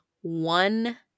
one